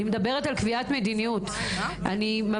אני מדברת על קביעת מדיניות.